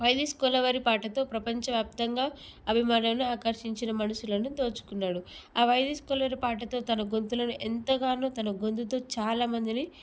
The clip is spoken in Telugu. వై దిస్ కొలావెరి పాటతో ప్రపంచవ్యాప్తంగా అభిమానులను ఆకర్షించి మనసులను దోచుకున్నాడు ఆ వై దిస్ కొలావెరి పాటతో తన గొంతులోను ఎంతగానో తన గొంతుతో చాలామందిని